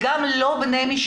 אני גם לא מדברת על בני משפחה.